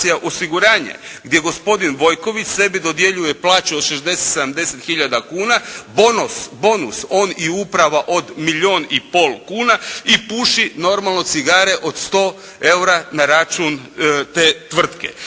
osiguranja", gdje gospodin Vojković sebi dodjeljuje plaću od 60, 70 hiljada kuna, bonus on i uprava od milijun i pol kuna i puši normalno cigare od sto eura na račun te tvrtke.